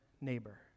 neighbor